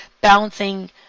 balancing